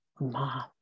mom